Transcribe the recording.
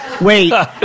Wait